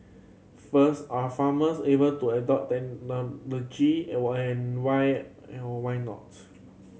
first are farmers able to adopt technology and why and why or why not